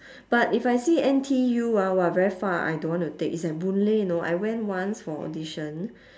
but if I see N_T_U ah !wah! very far I don't want to take it's at boon-lay know I went once for audition